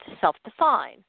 self-define